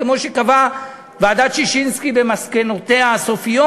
כמו שקבעה ועדת ששינסקי במסקנותיה הסופיות.